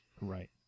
Right